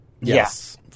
Yes